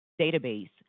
database